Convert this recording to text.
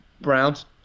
Browns